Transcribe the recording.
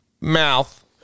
mouth